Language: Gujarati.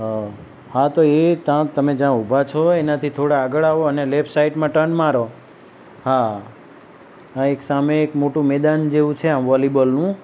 હા હા તો એ તા તમે જા ઊભા છો એનાથી થોળા આગળ આવો અને લેફ્ટ સાઇડમાં ટર્ન મારો હા હા એક સામે એક મોટું મેદાન જેવું છે આમ વૉલીબૉલનું